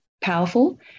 powerful